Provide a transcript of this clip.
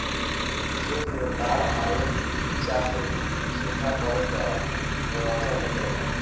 खेत मे बाड़ आवे चाहे सूखा पड़े, त मुआवजा मिलेला